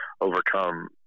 overcome